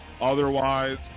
Otherwise